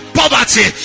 poverty